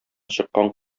чыккан